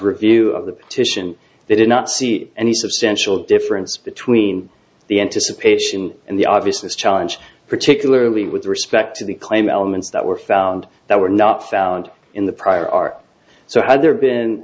review of the petition they did not see any substantial difference between the anticipation and the obvious challenge particularly with respect to the claim elements that were found that were not found in the prior art so had there been